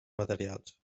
materials